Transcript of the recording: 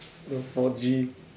no four G